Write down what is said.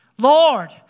Lord